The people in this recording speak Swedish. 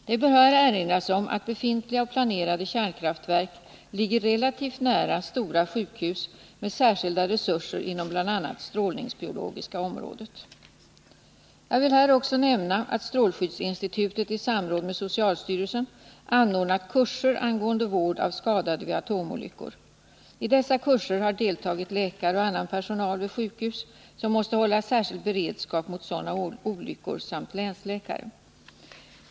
Det bör här erinras om att befintliga och planerade kärnkraftverk ligger relativt nära stora sjukhus med särskilda resurser inom bl.a. det strålningsbiologiska området. Jag vill här också nämna att strålskyddsinstitutet i samråd med socialstyrelsen anordnat kurser angående vård av skadade vid atomolyckor. I dessa kurser har deltagit läkare och annan personal vid sjukhus som måste hålla särskild beredskap mot sådana olyckor samt länsläkare.